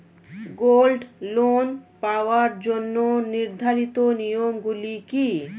Gold loan পাওয়ার জন্য নির্ধারিত নিয়ম গুলি কি?